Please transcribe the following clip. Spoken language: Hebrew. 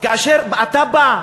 כאשר אתה בא,